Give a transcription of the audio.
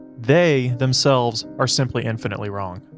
they themselves are simply infinitely wrong.